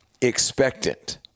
expectant